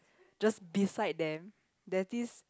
just beside them there's this